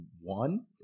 one